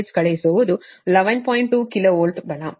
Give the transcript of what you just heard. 2 KV ಬಲ